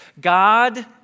God